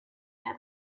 have